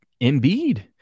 Embiid